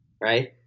right